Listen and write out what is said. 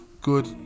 good